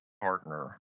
partner